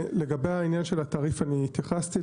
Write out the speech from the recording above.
לגבי העניין של התעריף התייחסתי.